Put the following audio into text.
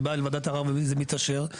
ובאים לוועדת ערר ואז יש אישור.